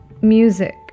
music